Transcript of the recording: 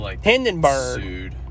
Hindenburg